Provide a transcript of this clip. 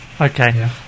Okay